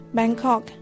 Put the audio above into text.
Bangkok